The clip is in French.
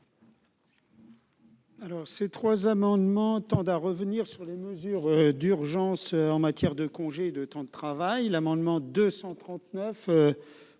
? Ces trois amendements tendent à revenir sur les mesures d'urgence en matière de congés et de temps de travail. L'amendement n°